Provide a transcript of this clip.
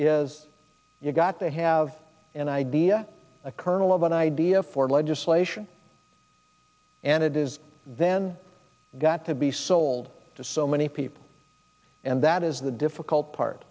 is you've got to have an idea a kernel of an idea for legislation and it is then got to be sold to so many people and that is the difficult part